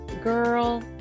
Girl